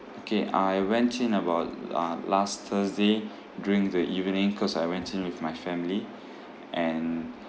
okay I went in about uh last thursday during the evening cause I went in with my family and